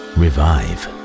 revive